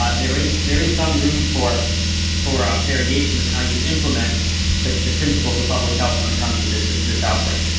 ah there is there is some room for for variation in how you implement the the principles of public health when it comes to this this outbreak